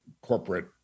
corporate